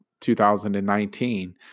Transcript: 2019